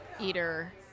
eater